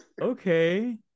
Okay